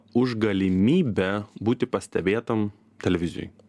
už galimybę būti pastebėtam televizijoj